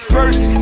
First